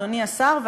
אדוני השר,